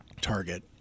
Target